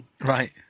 Right